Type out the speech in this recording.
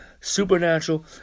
Supernatural